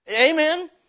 Amen